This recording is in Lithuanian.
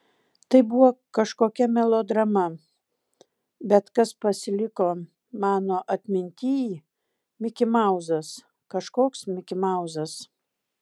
tai buvo kažkokia melodrama bet kas pasiliko mano atmintyj mikimauzas kažkoks mikimauzas